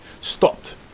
stopped